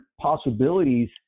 possibilities